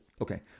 Okay